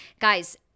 Guys